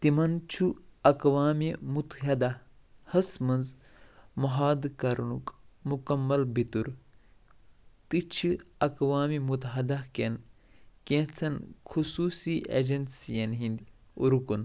تِمن چھُ اقوامِ مُتحدہ ہس منٛز محادٕ کرٕنُک مُکمل بِتُر تہٕ چھِ اقوامِ مُتحدہ کٮ۪ن کیٚنٛژن خصوٗصی ایٚجنسِین ہٕنٛدۍ رُکُن